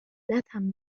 لذتم